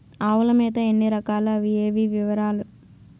ఆవుల మేత ఎన్ని రకాలు? అవి ఏవి? వివరాలు?